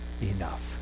enough